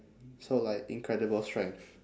so like incredible strength